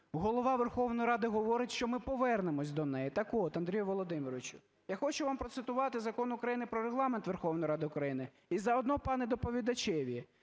Голова Верховної Ради говорить, що ми повернемося до неї. Так от, Андрій Володимирович, я хочу вам процитувати Закон України "Про Регламент Верховної Ради України". І заодно пану доповідачеві: